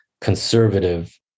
conservative